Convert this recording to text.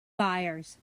buyers